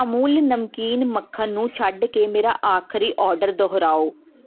ਅਮੂਲ ਨਮਕੀਨ ਮੱਖਣ ਨੂੰ ਛੱਡ ਕੇ ਮੇਰਾ ਆਖਰੀ ਆਰਡਰ ਦੁਹਰਾਓ